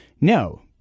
no